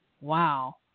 wow